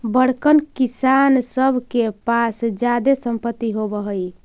बड़कन किसान सब के पास जादे सम्पत्ति होवऽ हई